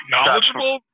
Knowledgeable